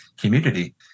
community